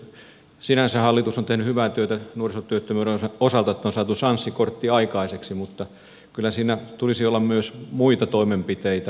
sinänsä hallitus on tehnyt hyvää työtä nuorisotyöttömyyden osalta että on saatu sanssi kortti aikaiseksi mutta kyllä siinä tulisi olla myös muita toimenpiteitä